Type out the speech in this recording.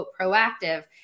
proactive